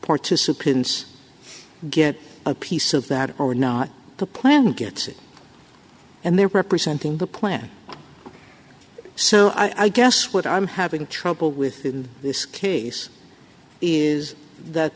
participants get a piece of that or not the plan gets it and they're representing the plan so i guess what i'm having trouble with in this case is that